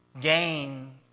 gain